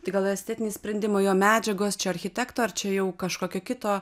tai gal estetiniai sprendimai o medžiagos čia architekto ar čia jau kažkokio kito